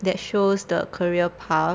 that shows the career path